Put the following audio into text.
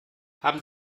haben